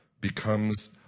becomes